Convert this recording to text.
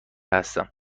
هستم